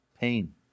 Pain